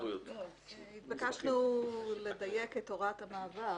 התבקשנו לדייק את הוראת המעבר.